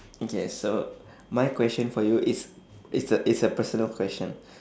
okay so my question for you is it's a it's a personal question